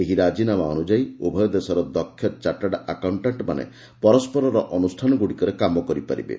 ଏହି ରାଜିନାମା ଅନୁସାରେ ଉଭୟ ଦେଶର ଦକ୍ଷ ଚାଟାର୍ଡ ଆକାଉଣ୍ଟାଣ୍ଟମାନେ ପରସ୍କରର ଅନୁଷାନ ଗୁଡ଼ିକରେ କାମ କରିପାରିବେ